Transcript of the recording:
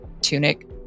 tunic